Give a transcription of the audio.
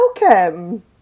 welcome